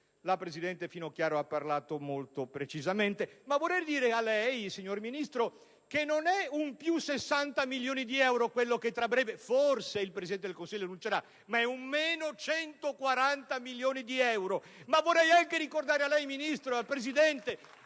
la presidente Finocchiaro ha parlato con molta precisione. Vorrei dirle, signor Ministro, che non è un più 60 milioni di euro quello che tra breve, forse, il Presidente del Consiglio annuncerà, ma un meno 140 milioni di euro. *(Applausi dal Gruppo* *PD)*. Vorrei altresì ricordare a lei, Ministro, al Presidente,